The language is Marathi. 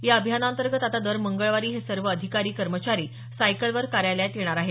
या अभियाना अंतर्गत आता दर मंगळवारी हे सर्व अधिकारी कर्मचारी सायकलवर कार्यालयात येणार आहेत